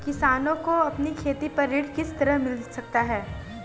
किसानों को अपनी खेती पर ऋण किस तरह मिल सकता है?